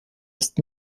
ist